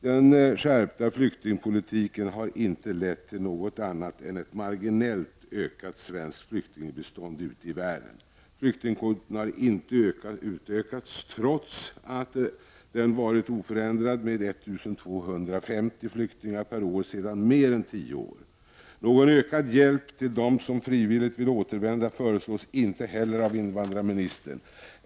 Den skärpta flyktingpolitiken har inte lett till något annat än ett marginellt ökat svenskt flyktingbistånd ute i världen. Flyktingkvoten har inte utökats trots att den sedan mer än tio år varit oförändrad med 1 250 flyktingar per år. Någon ökad hjälp till dem som frivilligt vill återvända förslås inte heller av invandrarministern.